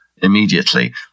immediately